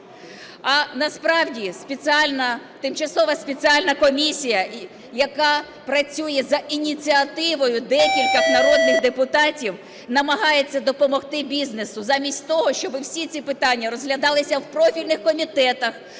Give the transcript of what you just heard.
А насправді тимчасова спеціальна комісія, яка працює за ініціативою декількох народних депутатів, намагається допомогти бізнесу, замість того щоб всі ці питання розглядалися в профільних комітетах